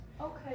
Okay